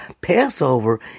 Passover